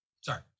sorry